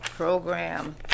Program